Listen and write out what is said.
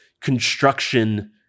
construction